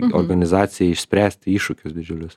organizacijai išspręsti iššūkius didžiulius